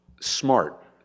smart